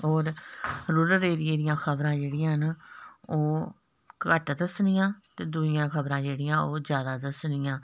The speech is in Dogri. होर रूरल ऐरिये दियां खबरां जेह्ड़ियां न ओह् घट्ट दस्सनियां ते दूइयां खबरां जेह्डियां ओह् ज्यादा दस्सनियां